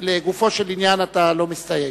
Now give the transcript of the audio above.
לגופו של עניין אתה לא מסתייג.